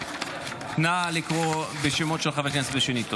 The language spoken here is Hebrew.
נא לקרוא בשמות חברי הכנסת שנית.